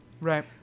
Right